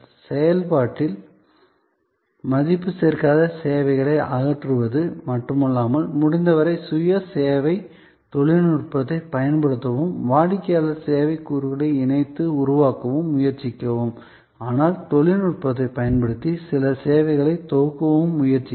செயல்பாட்டில் மதிப்பு சேர்க்காத சேவைகளை அகற்றுவது மட்டுமல்லாமல் முடிந்தவரை சுய சேவை தொழில்நுட்பத்தைப் பயன்படுத்தவும் வாடிக்கையாளர்கள் சேவை கூறுகளை இணைத்து உருவாக்கவும் முயற்சிக்கவும் ஆனால் தொழில்நுட்பத்தைப் பயன்படுத்தி சில சேவைகளை தொகுக்கவும் முயற்சிக்கவும்